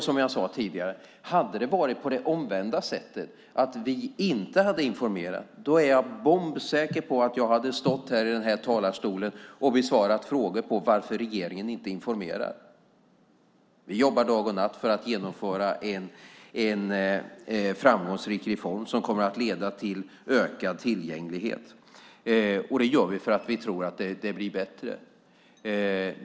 Som jag sade tidigare: Hade det varit på det omvända sättet, att vi inte hade informerat, då är jag bombsäker på att jag hade stått här och besvarat frågor om varför regeringen inte informerar. Vi jobbar dag och natt för att genomföra en framgångsrik reform som kommer att leda till ökad tillgänglighet. Det gör vi för att vi tror att det blir bättre.